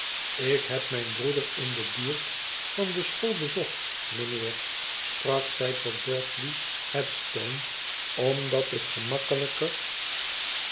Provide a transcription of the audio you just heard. ik heb mijn broeder in de buurt van de school bezocht mijnheer sprak zij tot bradley headstone omdat het gemakkelijker